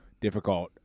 difficult